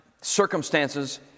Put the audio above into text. circumstances